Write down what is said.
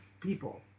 people